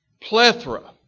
plethora